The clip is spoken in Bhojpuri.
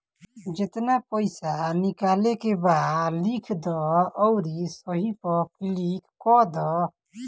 जेतना पइसा निकाले के बा लिख दअ अउरी सही पअ क्लिक कअ दअ